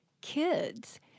kids